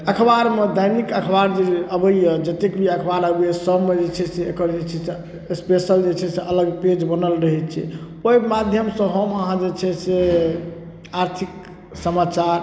अखबारमे दैनिक अखबार जे अबैया जतेक भी अखबार अबैया सभम जे छै से एकर जे छै से स्पेशल जे छै से अलग पेज बनल रहै छै ओहि माध्यमसँ हम अहाँ जे छै से आर्थिक समाचार